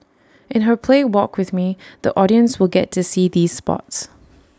in her play walk with me the audience will get to see these spots